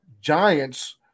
giants